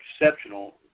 exceptional